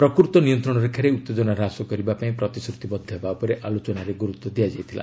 ପ୍ରକୃତ ନିୟନ୍ତ୍ରଣରେଖାରେ ଉତ୍ତେଜନା ହ୍ରାସ କରିବା ପାଇଁ ପ୍ରତିଶ୍ରତିବଦ୍ଧ ହେବା ଉପରେ ଆଲୋଚନାରେ ଗୁରୁତ୍ୱ ଦିଆଯାଇଥିଲା